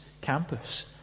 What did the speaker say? campus